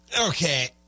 Okay